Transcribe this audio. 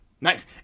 Nice